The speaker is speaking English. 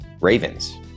ravens